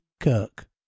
Kirk